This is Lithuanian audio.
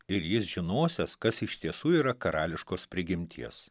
ir jis žinosiąs kas iš tiesų yra karališkos prigimties